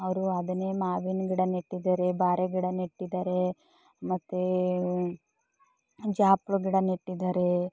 ಅವರು ಅದನ್ನೇ ಮಾವಿನ ಗಿಡ ನೆಟ್ಟಿದ್ದಾರೆ ಬಾರೆ ಗಿಡ ನೆಟ್ಟಿದ್ದಾರೆ ಮತ್ತೆ ಜಾಪುಳ ಗಿಡ ನೆಟ್ಟಿದ್ದಾರೆ